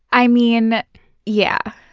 i mean yeah.